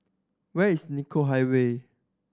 where is Nicoll Highway